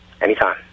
anytime